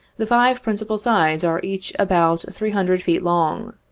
the five principal sides are each about three hundred feet long.